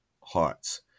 Hearts